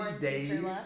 days